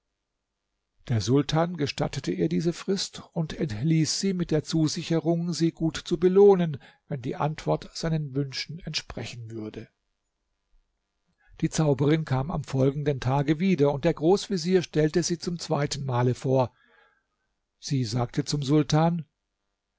der sultan gestattete ihr diese frist und entließ sie mit der zusicherung sie gut zu belohnen wenn die antwort seinen wünschen entsprechen würde die zauberin kam am folgenden tage wieder und der großvezier stellte sie zum zweiten male vor sie sagte zum sultan